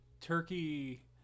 Turkey